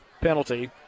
penalty